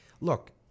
Look